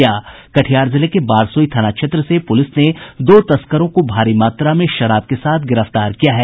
कटिहार जिले के बारसोई थाना क्षेत्र से पुलिस ने दो तस्करों को भारी मात्रा में शराब के साथ गिरफ्तार किया है